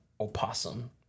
opossum